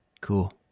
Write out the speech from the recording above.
Cool